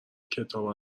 کتاب